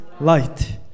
light